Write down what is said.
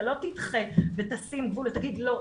אתה לא תדחה ותשים גבול ותגיד לא,